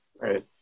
right